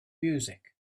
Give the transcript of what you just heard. music